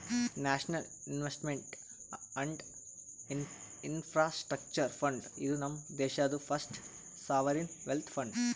national investment and infrastructure fund, ಇದು ನಮ್ ದೇಶಾದು ಫಸ್ಟ್ ಸಾವರಿನ್ ವೆಲ್ತ್ ಫಂಡ್